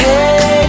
Hey